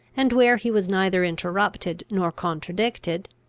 and, where he was neither interrupted nor contradicted,